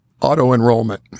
auto-enrollment